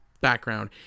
background